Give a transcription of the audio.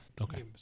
Okay